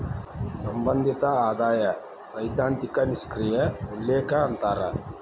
ಸಂಬಂಧಿತ ಆದಾಯ ಸೈದ್ಧಾಂತಿಕ ನಿಷ್ಕ್ರಿಯ ಉಲ್ಲೇಖ ಅಂತಾರ